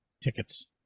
tickets